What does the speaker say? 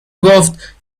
گفت